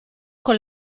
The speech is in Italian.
con